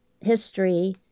history